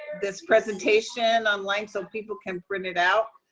this presentation online so people can print it out.